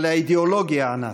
על האידיאולוגיה הנאצית.